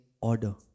order